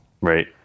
Right